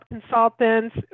consultants